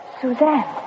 Suzanne